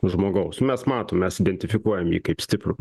žmogaus mes matom mes identifikuojam jį kaip stiprų